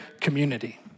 community